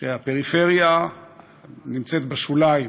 שהפריפריה נמצאת בשוליים